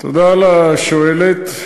תודה לשואלת.